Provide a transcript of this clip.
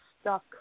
stuck